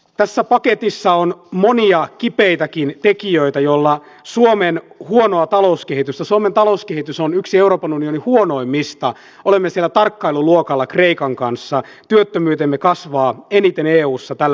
tässä paketissa on monia kipeitäkin tekijöitä suomen huonon talouskehityksen suomen talouskehitys on yksi euroopan unionin huonoimmista olemme siellä tarkkailuluokalla kreikan kanssa työttömyytemme kasvaa eniten eussa tällä